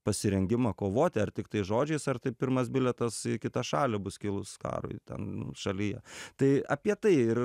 pasirengimą kovoti ar tiktai žodžiais ar tai pirmas bilietas į kitą šalį bus kilus karui ten nu šalyje tai apie tai ir